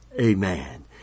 Amen